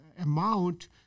amount